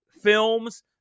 films